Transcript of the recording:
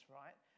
right